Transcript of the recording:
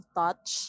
touch